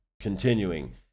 Continuing